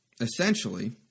essentially